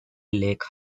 lake